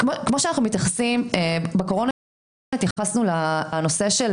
בקורונה התייחסנו לנושא של